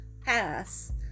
pass